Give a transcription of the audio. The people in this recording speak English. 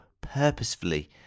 purposefully